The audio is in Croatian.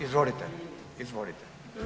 Izvolite, izvolite.